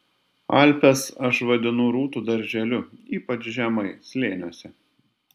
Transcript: alpes aš vadinu rūtų darželiu ypač žemai slėniuose